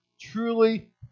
truly